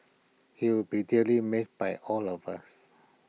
he will be dearly mitt by all of us